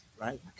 Right